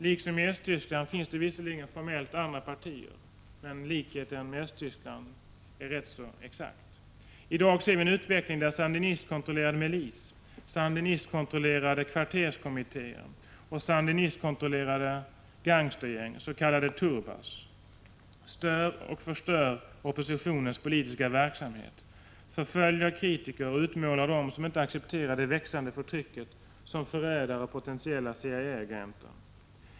Liksom i Östtyskland finns det visserligen formellt andra partier, men likheten med förhållandena i Östtyskland är nästan exakt. I dag ser vi en utveckling där sandinistkontrollerad milis, sandinistkontrollerade kvarterskommittéer och sandinistkontrollerade gangstergäng, s.k. turbas, stör och förstör oppositionens politiska verksamhet, förföljer kritiker och utmålar dem som inte accepterar det växande förtrycket som förrädare och potentiella CIA-agenter.